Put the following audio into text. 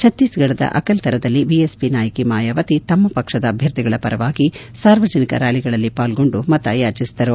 ಛತ್ತೀಸ್ಘಡದ ಅಕಲ್ತರದಲ್ಲಿ ಬಿಎಸ್ಒ ನಾಯಕಿ ಮಾಯಾವತಿ ತಮ್ಮ ಪಕ್ಷದ ಅಭ್ಯರ್ಥಿಗಳ ಪರವಾಗಿ ಸಾರ್ವಜನಿಕ ರ್ನಾಲಿಗಳಲ್ಲಿ ಪಾಲ್ಗೊಂಡು ಮತಯಾಚಿಸಿದರು